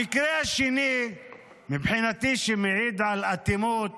המקרה השני מבחינתי שמעיד על אטימות